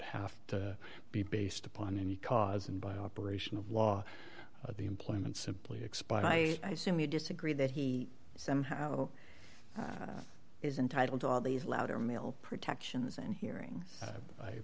have to be based upon any cause and by operation of law the employment simply expired i assume you disagree that he somehow is entitled to all these loud or male protections and hearing